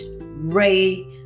ray